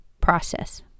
process